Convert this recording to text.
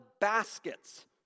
baskets